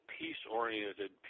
peace-oriented